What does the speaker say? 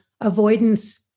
avoidance